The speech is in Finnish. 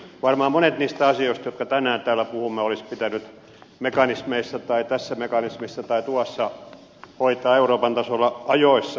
varmaan monet niistä asioista joista tänään täällä puhumme olisi pitänyt mekanismeissa tässä mekanismissa tai tuossa toisessa hoitaa euroopan tasolla ajoissa